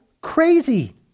crazy